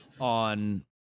on